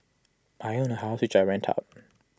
I own A house which I rent out